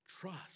trust